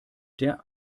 der